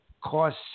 cost